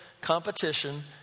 competition